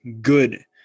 good